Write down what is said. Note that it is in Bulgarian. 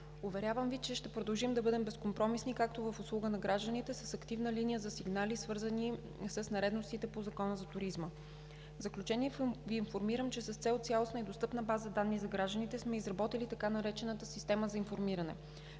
Уверявам Ви, че ще продължим да бъдем безкомпромисни както и в услуга на гражданите с активна линия за сигнали, свързани с нередностите по Закона за туризма. В заключение Ви информирам, че с цел цялостна и достъпна база данни за гражданите сме изработили така наречената система за информиране.